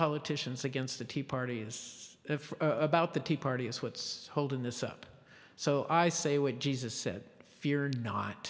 politicians against the tea party is if about the tea party is what's holding this up so i say when jesus said fear not